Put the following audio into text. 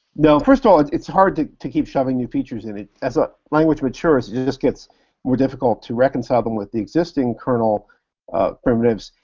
no, first of all, it's it's hard to to keep shoving new features in it. as a language matures, it just gets more difficult to reconcile them with the existing kernel primitives,